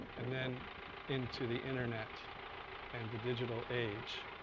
and then into the internet and the digital age.